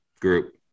group